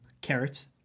carrots